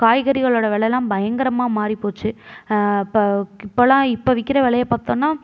காய்கறிகளோடய வெலைலாம் பயங்கரமாக மாறி போச்சு இப்போ இப்போல்லாம் இப்போ விற்கிற வெலைய பார்த்தோன்னா